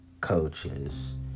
Coaches